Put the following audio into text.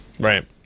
Right